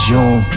June